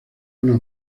una